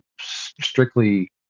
strictly